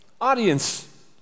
audience